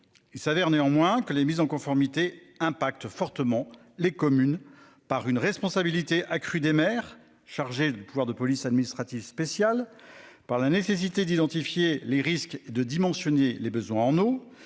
Il s'avère néanmoins que les mises en conformité impacte fortement les communes par une responsabilité accrue des maires chargé des pouvoirs de police administrative spéciale par la nécessité d'identifier les risques de dimensionner les besoins en eau